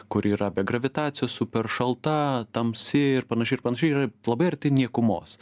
kuri yra be gravitacijos super šalta tamsi ir panašiai ir panašiai yra labai arti niekumos